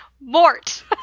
Mort